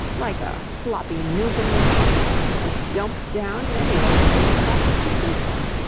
like a floppy newfoundland puppy and dumped down in any old place that happens to suit them.